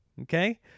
okay